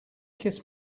kiss